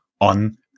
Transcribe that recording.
on